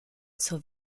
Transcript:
zur